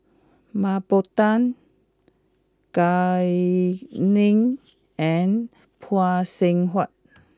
Mah Bow Tan Gao Ning and Phay Seng Whatt